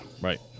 right